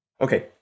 Okay